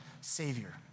Savior